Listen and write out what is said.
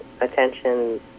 attention